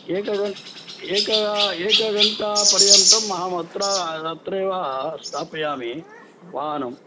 एकद् एकदा एकघण्टापर्यन्तम् अहम् अत्र अत्रैव स्थापयामि वाहनम्